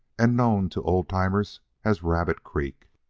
and known to old-timers as rabbit creek.